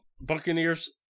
Buccaneers